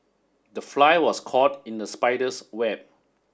the fly was caught in the spider's web